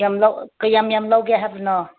ꯀꯌꯥꯝ ꯀꯌꯥ ꯌꯥꯝ ꯂꯧꯒꯦ ꯍꯥꯏꯕꯅꯣ